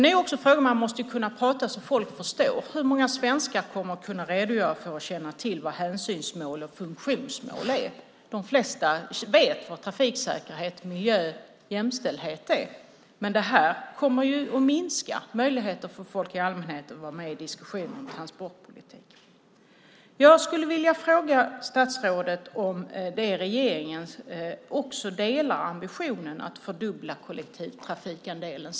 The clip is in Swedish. Man måste också kunna prata så att folk förstår. Hur många svenskar kommer att kunna redogöra för och känna till vad hänsynsmål och funktionsmål är? De flesta vet vad trafiksäkerhet, miljö och jämställdhet är. Det här kommer att minska möjligheten för folk i allmänhet att vara med i diskussioner om transportpolitik. Jag vill fråga statsrådet om regeringen delar ambitionen att fördubbla kollektivtrafikandelen.